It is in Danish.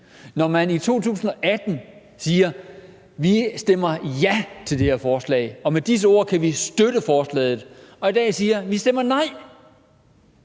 holdning. I 2018 siger man: Vi stemmer ja til det her forslag – og med disse ord kan vi støtte forslaget. Og i dag siger man: Vi stemmer nej.